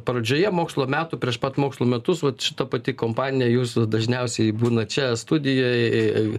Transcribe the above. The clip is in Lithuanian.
pradžioje mokslo metų prieš pat mokslo metus vat čia ta pati kompanija jūsų dažniausiai būna čia studijoje